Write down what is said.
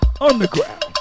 Underground